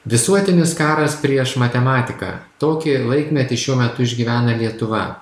visuotinis karas prieš matematiką tokį laikmetį šiuo metu išgyvena lietuva